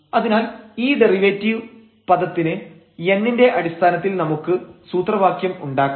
അതിനാൽ ഈ ഡെറിവേറ്റീവ് പദത്തിന് n ന്റെ അടിസ്ഥാനത്തിൽ നമുക്ക് സൂത്രവാക്യം ഉണ്ടാക്കാം